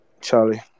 Charlie